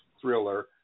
thriller